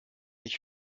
ich